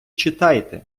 читайте